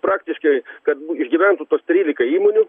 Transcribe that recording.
praktiškai kad išgyventų tos trylika įmonių